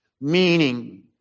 meaning